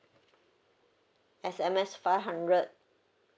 S_M_S five hundred